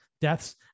deaths